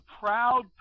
proud